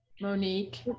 Monique